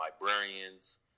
librarians